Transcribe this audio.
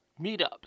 meetups